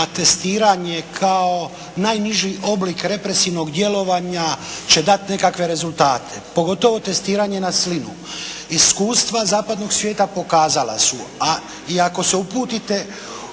da testiranje kao najniži oblik represivnog djelovanja će dat nekakve rezultate. Pogotovo testiranje na slinu. Iskustva zapadnog svijeta pokazala i ako se uputite